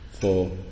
four